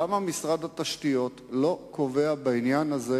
למה משרד התשתיות לא קובע בעניין הזה